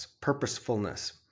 purposefulness